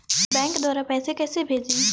Bank द्वारा पैसे कैसे भेजें?